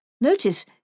Notice